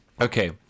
okay